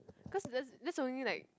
cause that's that's only like